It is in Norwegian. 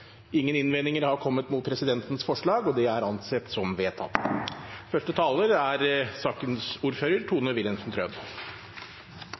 Ingen innvendinger er kommet mot presidentens forslag? – Det anses da som vedtatt.